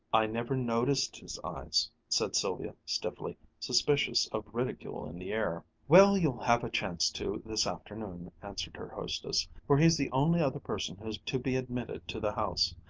i never noticed his eyes, said sylvia stiffly, suspicious of ridicule in the air. well, you'll have a chance to this afternoon, answered her hostess, for he's the only other person who's to be admitted to the house.